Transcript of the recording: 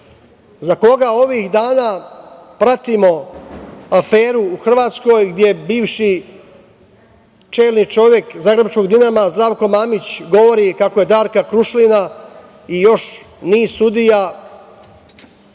za koga ovih dana pratimo aferu u Hrvatsku, gde bivši čelni čovek zagrebačkog „Dinama“ Zdravko Mamić govori kako je Darku Krušlinu i još nizu sudija